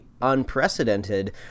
unprecedented